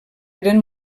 eren